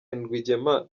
rwigema